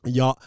ja